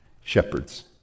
shepherds